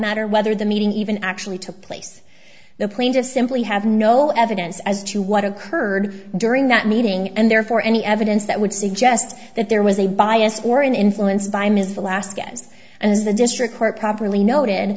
matter whether the meeting even actually took place the plane just simply have no evidence as to what occurred during that meeting and therefore any evidence that would suggest that there was a bias or an influence by ms velasquez as the district court properly noted